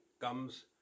comes